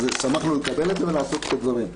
אז שמחנו לקבל את זה ולעשות את הדברים.